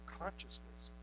consciousness